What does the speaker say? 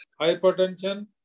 hypertension